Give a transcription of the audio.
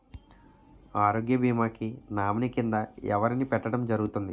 ఆరోగ్య భీమా కి నామినీ కిందా ఎవరిని పెట్టడం జరుగతుంది?